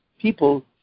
people